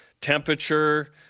temperature